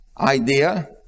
idea